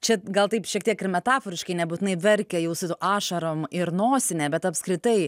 čia gal taip šiek tiek ir metaforiškai nebūtinai verkia jau su ašarom ir nosine bet apskritai